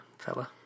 fella